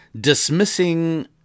dismissing